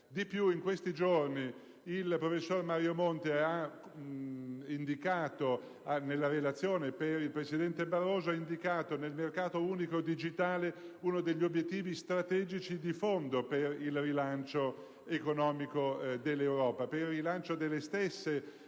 Di più. In questi giorni il professor Mario Monti nella relazione per il presidente Barroso ha individuato nel mercato unico digitale uno degli obiettivi strategici di fondo per il rilancio economico dell'Europa, per il rilancio delle stesse